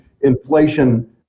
inflation